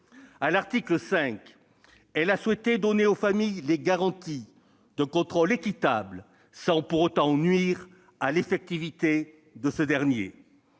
À l'article 5, elle a souhaité donner aux familles les garanties d'un contrôle équitable, sans pour autant nuire à l'effectivité de ce dernier.